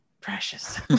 Precious